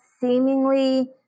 seemingly